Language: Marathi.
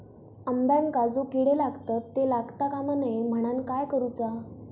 अंब्यांका जो किडे लागतत ते लागता कमा नये म्हनाण काय करूचा?